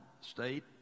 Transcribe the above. state